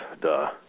duh